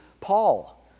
Paul